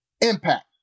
impact